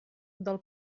del